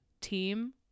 team